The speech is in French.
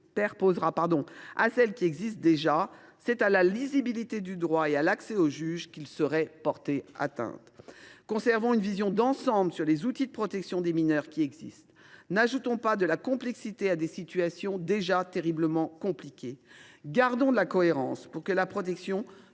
à celles qui existent déjà, c’est à la lisibilité du droit et à l’accès au juge que l’on porterait atteinte. Conservons une vision d’ensemble sur les outils existants de protection des mineurs. N’ajoutons pas de la complexité à des situations déjà terriblement compliquées. Gardons de la cohérence pour que la protection soit